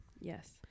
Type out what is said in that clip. Yes